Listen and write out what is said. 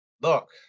Look